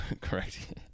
Correct